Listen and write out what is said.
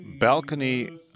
balcony